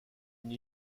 une